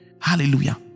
Hallelujah